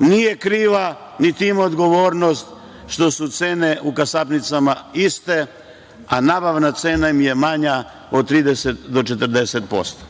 nije kriva, niti ima odgovornost što su cene u kasapnicama iste, a nabavna cena im je manja od 30 do 40%.Zato